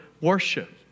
worship